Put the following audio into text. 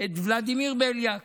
את ולדימיר בליאק